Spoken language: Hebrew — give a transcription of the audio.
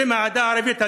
בשם העדה הערבית הדרוזית: